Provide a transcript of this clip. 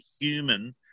human